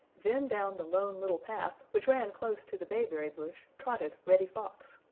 then down the lone little path which ran close to the bayberry bush trotted reddy fox.